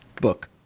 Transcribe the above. book